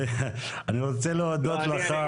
אני רוצה להודות לך.